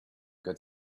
good